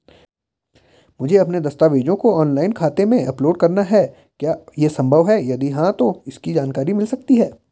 मुझे अपने दस्तावेज़ों को ऑनलाइन खाते में अपलोड करना है क्या ये संभव है यदि हाँ तो इसकी जानकारी मिल सकती है?